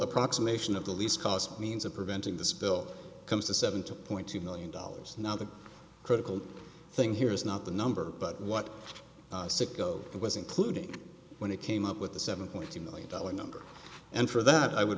approximation of the least cost means of preventing this bill comes to seven two point two million dollars now the critical thing here is not the number but what sick o was including when it came up with the seven point two million dollar number and for that i